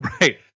Right